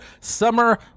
summer